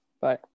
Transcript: bye